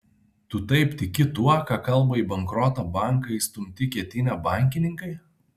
tu taip tiki tuo ką kalba į bankrotą banką įstumti ketinę bankininkai